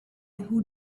who